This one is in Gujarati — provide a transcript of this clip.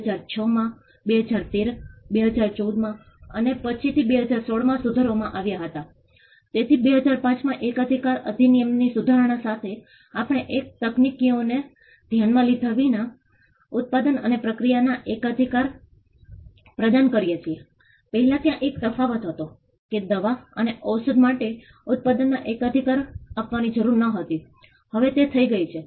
હવે અહીં કેટલીક તથ્યો છે કે 2006 પછી 2006 માં ઘણાં રહેણાંક વિસ્તારો આ ખરેખર એક રસ્તો છે આ એક રાજીવ ગાંધી નગરનો એક ભાગ છે ઘણાને વ્યવસાયિક વિસ્તારોમાં સ્થાનાંતરિત કરવામાં આવ્યા છે